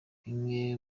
bimwe